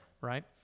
Right